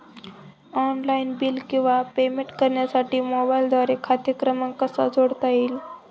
Online bill किंवा payment करण्यासाठी मोबाईलद्वारे खाते क्रमांक कसा जोडता येईल?